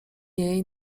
jej